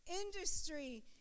industry